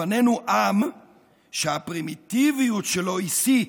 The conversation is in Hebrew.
לפנינו עם שהפרימיטיביות שלו היא שיא.